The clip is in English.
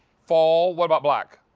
fall, what about black?